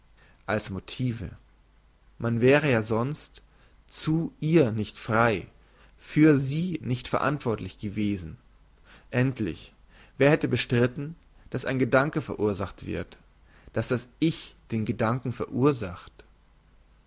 als motive man wäre ja sonst zu ihr nicht frei für sie nicht verantwortlich gewesen endlich wer hätte bestritten dass ein gedanke verursacht wird dass das ich den gedanken verursacht